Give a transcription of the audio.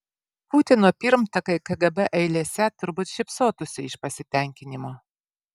putino pirmtakai kgb eilėse turbūt šypsotųsi iš pasitenkinimo